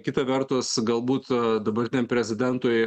kita vertus galbūt dabartiniam prezidentui